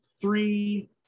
three